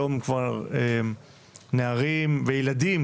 היום נערים וילדים,